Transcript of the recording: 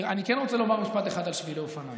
אני כן רוצה לומר משפט אחד על שבילי אופניים,